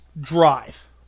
drive